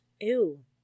Ew